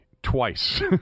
Twice